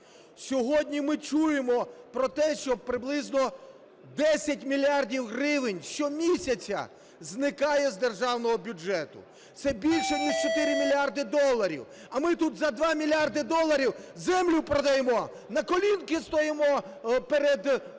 Сьогодні ми чуємо про те, що приблизно 10 мільярдів гривень щомісяця зникає з державного бюджету. Це більше, ніж 4 мільярди доларів. А ми тут за 2 мільярди доларів землю продаємо, на коліна стаємо перед Міжнародним